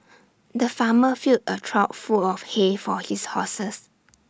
the farmer filled A trough full of hay for his horses